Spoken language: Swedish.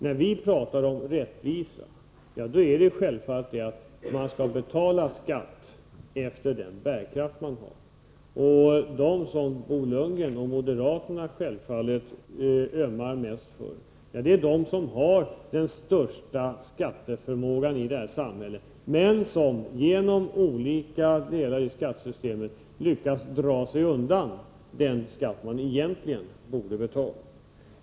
När vi talar om rättvisa, är det självklart att man skall betala skatt efter den bärkraft man har. De som Bo Lundgren och moderaterna självfallet ömmar mest för är de som har den största skatteförmågan i det här samhället men som genom olika svagheter i skattesystemet lyckas dra sig undan den skatt de egentligen borde betala.